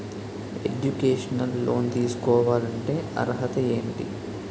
Educational loan తీసుకోవాలంటే అర్హత ఏంటి?